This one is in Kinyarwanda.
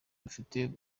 rufite